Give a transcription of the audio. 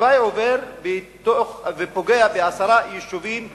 התוואי עובר ופוגע בעשרה יישובים בנגב,